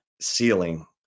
ceiling